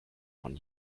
von